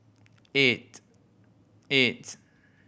eight eight